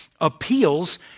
appeals